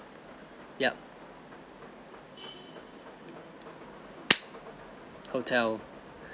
yup hotel